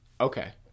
Okay